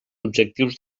objectius